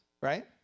right